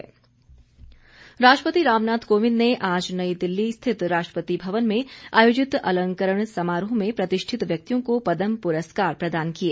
राष्ट्रपति राष्ट्रपति रामनाथ कोविंद ने आज नई दिल्ली स्थित राष्ट्रपति भवन में आयोजित अलंकरण समारोह में प्रतिष्ठित व्यक्तियों को पदम पुरस्कार प्रदान किए